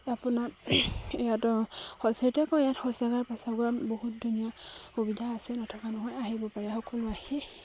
আপোনাৰ ইয়াত কওঁ ইয়াত শৌচাগাৰ প্ৰাচাৱগৰ বহুত ধুনীয়া সুবিধা আছে নথকা নহয় আহিব পাৰে সকলো আহি